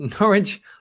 Norwich